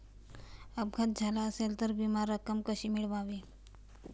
अपघात झाला असेल तर विमा रक्कम कशी मिळवावी?